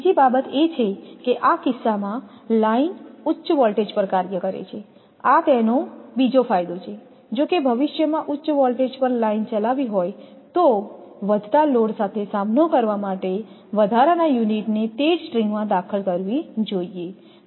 બીજી બાબત એ છે કે આ કિસ્સામાં લાઇન ઉચ્ચ વોલ્ટેજ પર કાર્ય કરે છે આ તેનો બીજો ફાયદો છે જો કે ભવિષ્યમાં ઉચ્ચ વોલ્ટેજ પર લાઇન ચલાવવી હોય તો વધતા લોડ સાથે સામનો કરવા માટે વધારાના યુનિટને તે જ સ્ટ્રિંગમાં દાખલ કરવી જોઈએ